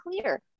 clear